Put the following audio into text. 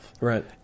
Right